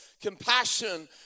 compassion